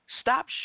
Stop